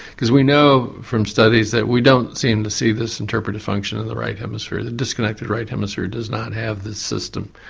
because we know from studies that we don't seem to see this interpretive function in the right hemisphere. the disconnected right hemisphere does not have this system.